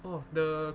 oh the